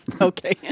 okay